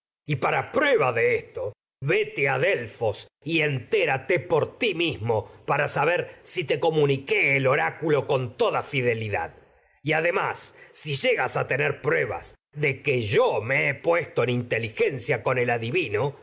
y para prueba de esto para delfos enteráte por ti mismo con saber si te comuniqué llegas el oráculo toda fidelidad me a y además en si a tener con pruebas de que yo he puesto inte ligencia tu voto el adivino